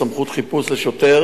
סמכות חיפוש לשוטר